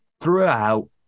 throughout